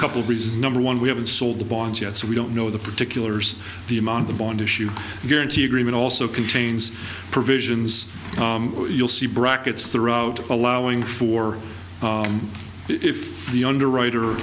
couple reasons number one we haven't sold the bonds yet so we don't know the particulars the amount of bone tissue guarantee agreement also contains provisions you'll see brackets throughout allowing for if the underwriter